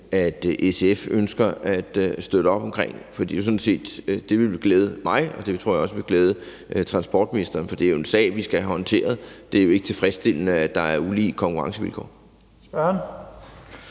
at SF ønsker at støtte op om. Det ville glæde mig, og jeg tror også, det ville glæde transportministeren, for det er jo en sag, vi skal have håndteret. Det er jo ikke tilfredsstillende, at der er ulige konkurrencevilkår.